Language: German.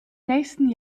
nächsten